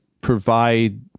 provide